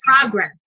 progress